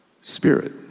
spirit